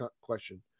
question